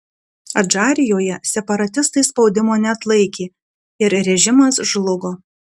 adžarijoje separatistai spaudimo neatlaikė ir režimas žlugo